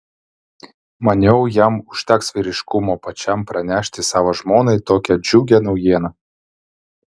maniau jam užteks vyriškumo pačiam pranešti savo žmonai tokią džiugią naujieną